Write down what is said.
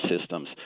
systems